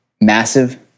massive